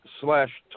slash